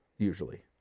usually